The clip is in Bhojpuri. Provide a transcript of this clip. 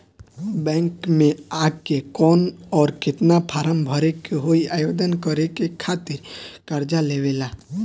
बैंक मे आ के कौन और केतना फारम भरे के होयी आवेदन करे के खातिर कर्जा लेवे ला?